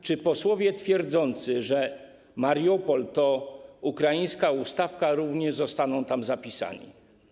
Czy posłowie twierdzący, że Mariupol to ukraińska ustawka, również zostaną tam zapisani?